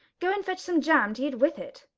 go and fetch some jam to eat with it!